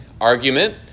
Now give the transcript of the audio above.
argument